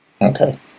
Okay